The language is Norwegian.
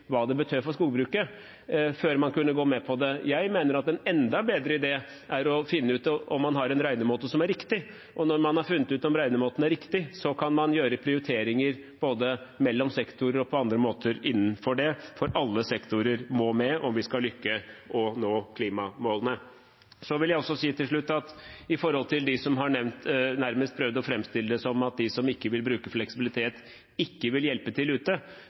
hva det betød for skogbruket, før man kunne gå med på det. Jeg mener at en enda bedre idé er å finne ut om man har en regnemåte som er riktig. Og når man har funnet ut om regnemåten er riktig, kan man gjøre prioriteringer, både mellom sektorer og på andre måter innenfor det. For alle sektorer må med om vi skal lykkes med å nå klimamålene. Så vil jeg til slutt si til dem som nærmest har prøvd å framstille det som at de som ikke vil bruke fleksibilitet, ikke vil hjelpe til ute: